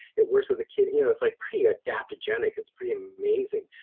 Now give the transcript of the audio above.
it works with the kidney, you know it's like pretty adaptogenic, it's pretty amazing.